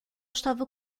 estava